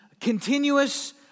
continuous